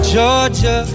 Georgia